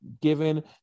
given